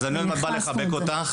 אז אני עוד מעט בא לחבק אותך.